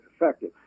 effective